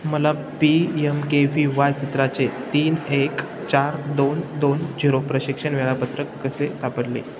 मला P M K V Y सत्राचे तीन एक चार दोन दोन झिरो प्रशिक्षण वेळापत्रक कसे सापडले